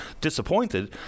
disappointed